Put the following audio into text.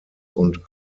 und